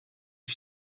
een